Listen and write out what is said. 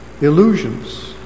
illusions